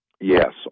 Yes